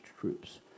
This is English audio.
troops